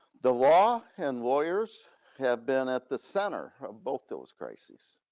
the law and lawyers have been at the center of both those crises.